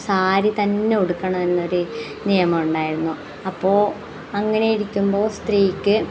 സാരി തന്നെ ഉടുക്കണം എന്നൊരു നിയമമുണ്ടായിരുന്നു അപ്പോൾ അങ്ങനെ ഇരിക്കുമ്പോൾ സ്ത്രീക്ക്